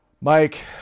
Mike